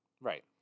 Right